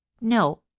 no